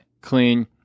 clean